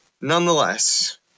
Nonetheless